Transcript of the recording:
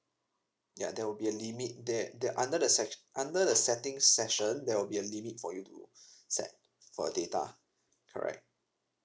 ya there will be a limit that that under the sectio~ under the settings section there will be a limit for you to set for uh data correct